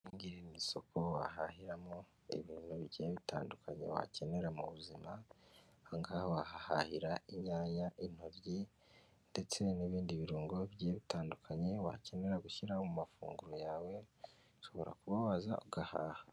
Iri ngiri ni isoko wahahiramo ibintu bigiye bitandukanye wakenera mu buzima, aha ngaha wahahira inyanya, intoryi ndetse n'ibindi birungo bigiye bitandukanye wakenera gushyira mu mafunguro yawe, ushobora kubabaza ugahaha.